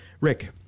Rick